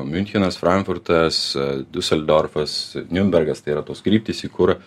miunchenas frankfurtas duseldorfas niurnbergas tai yra tos kryptys į kur